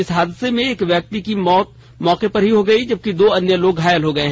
इस हादसे में एक व्यक्ति की मौके पर ही मौत हो गयी जबकि दो अन्य लोग घायल हो गये